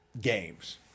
games